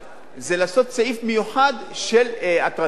זה לעשות סעיף מיוחד, של הטרדה מינית.